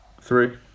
Three